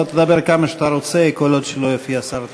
אתה תדבר כמה שאתה רוצה כל עוד לא יופיע השר תורן.